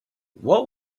what